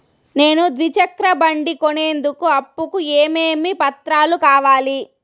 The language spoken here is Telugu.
నేను ద్విచక్ర బండి కొనేందుకు అప్పు కు ఏమేమి పత్రాలు కావాలి?